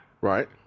Right